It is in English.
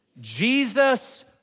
Jesus